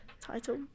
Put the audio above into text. title